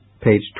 page